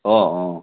অঁ অঁ